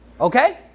Okay